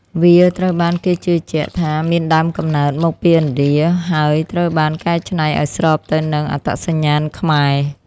វាត្រូវបានគេជឿជាក់ថាមានដើមកំណើតមកពីឥណ្ឌា ហើយត្រូវបានកែច្នៃឱ្យស្របទៅនឹងអត្តសញ្ញាណខ្មែរ។